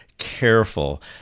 careful